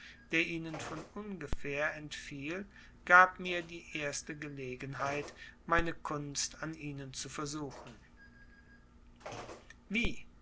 der ihnen von ungefähr entfiel gab mir die erste gelegenheit meine kunst an ihnen zu versuchen wie